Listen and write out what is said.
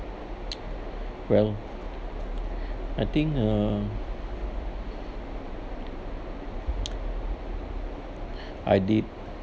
well I think uh I did